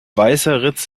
weißeritz